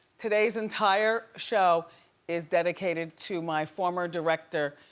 today's entire show is dedicated to my former director,